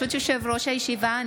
24 בעד, אין מתנגדים, אין נמנעים.